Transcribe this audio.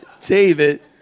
David